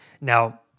Now